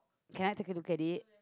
can I take a look at it